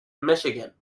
michigan